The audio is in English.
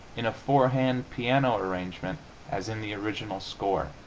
in a four-hand piano arrangement as in the original score.